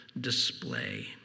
display